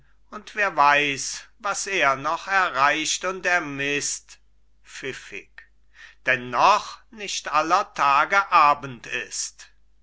und wer weiß was er noch erreicht und ermißt pfiffig denn noch nicht aller tage abend ist